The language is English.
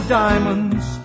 diamonds